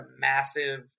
massive